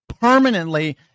permanently